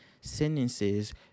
sentences